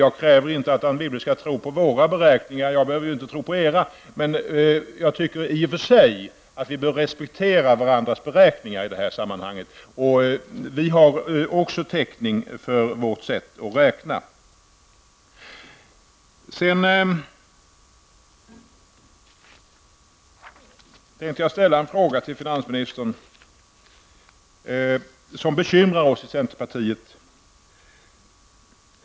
Jag kräver inte att Anne Wibble skall tro på våra beräkningar -- jag behöver ju inte tro på era -- men jag tycker i och för sig att vi bör respektera varandras beräkningar i det här sammanhanget. Vi har också täckning för vårt sätt att räkna. Sedan tänkte jag ställa en fråga till finansministern som bekymrar oss i centerpartiet.